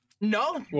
no